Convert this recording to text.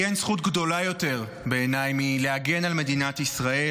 כי בעיניי אין זכות גדולה יותר מלהגן על מדינת ישראל,